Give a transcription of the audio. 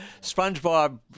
SpongeBob